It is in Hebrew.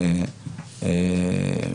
אמאן.